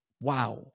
Wow